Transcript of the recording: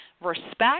respect